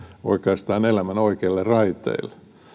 elämän oikeille raiteille